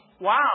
wow